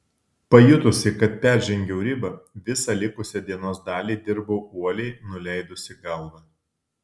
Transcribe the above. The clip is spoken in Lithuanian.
pajutusi kad peržengiau ribą visą likusią dienos dalį dirbau uoliai nuleidusi galvą